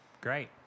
Great